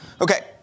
Okay